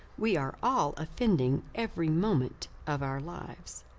we are all offending every moment of our lives.